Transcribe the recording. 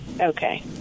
Okay